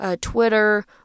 Twitter